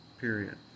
Period